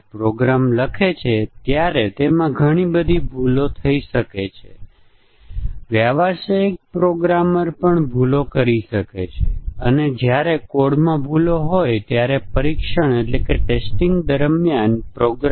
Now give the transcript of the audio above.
અને પછી આપણે ટેસ્ટીંગ કેસો ચલાવીએ છીએ અને તપાસીએ છીએ કે આપણે જે ભૂલ રજૂ કરી હતી તે ટેસ્ટીંગ કેસો દ્વારા પકડાય છે કે નહીં